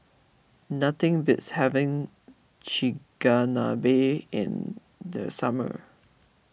nothing beats having Chigenabe in the summer